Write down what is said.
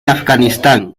afganistán